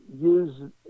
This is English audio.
use